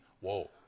Whoa